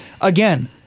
Again